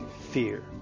fear